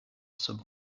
sub